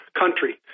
country